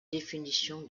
définition